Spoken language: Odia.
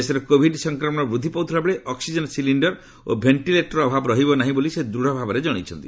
ଦେଶରେ କୋଭିଡ ସଂସକ୍ରମଣ ବୃଦ୍ଧି ପାଉଥିଲାବେଳେ ଅକ୍ଟିଜେନ୍ ସିଲିଣ୍ଡର ଓ ଭେଣ୍ଟିଲେଟରର ଅଭାବ ରହିବ ନାହିଁ ବୋଲି ସେ ଦୃଢ଼ ଭାବରେ ଜଣାଇଛନ୍ତି